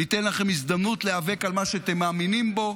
ניתן לכם הזדמנות להיאבק על מה שאתם מאמינים בו,